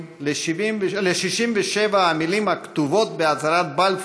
על 67 המילים הכתובות בהצהרת בלפור,